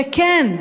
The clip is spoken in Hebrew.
וכן,